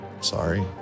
Sorry